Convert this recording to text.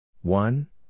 one